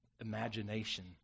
imagination